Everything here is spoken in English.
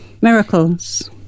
Miracles